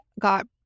got